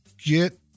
Get